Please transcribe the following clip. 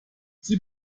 sie